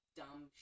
dumb